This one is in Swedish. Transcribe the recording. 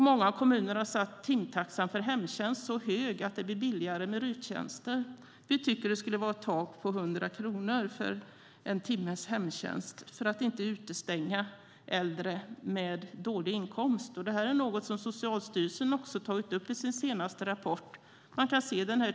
Många kommuner har satt timtaxan för hemtjänst så högt att det blir billigare med RUT-tjänster. Vi tycker att det ska vara ett tak på 100 kronor för en timmes hemtjänst för att inte utestänga äldre med dålig inkomst. Det är något som Socialstyrelsen också tog upp i sin senaste rapport.